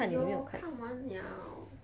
有看完了